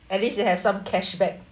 at least you have some cash back